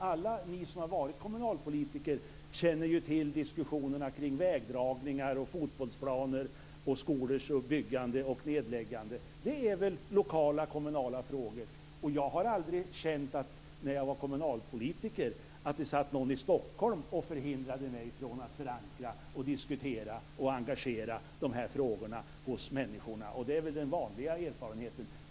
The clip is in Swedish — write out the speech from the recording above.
Alla ni som har varit kommunalpolitiker känner till diskussionerna kring vägdragningar, fotbollsplaner och skolors byggande och nedläggande, som väl är lokala kommunala frågor. När jag var kommunalpolitiker kände jag aldrig att någon satt i Stockholm och hindrade mig att förankra och diskutera eller att skapa engagemang för de här frågorna bland människorna. Det är väl den vanliga erfarenheten.